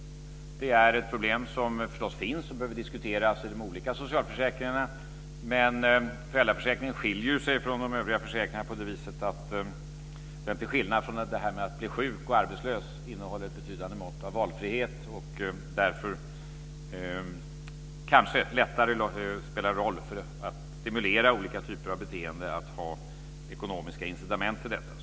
Det är ett problem som finns och som behöver diskuteras i de olika socialförsäkringarna. Men föräldraförsäkringen skiljer sig ju från de övriga försäkringarna på det viset att den, till skillnad från detta att bli sjuk och arbetslös, innehåller ett betydande mått av valfrihet och därför kanske lättare spelar en roll för att stimulera olika typer av beteenden att ha ekonomiska incitament för detta.